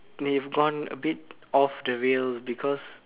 they've gone a bit off the rails because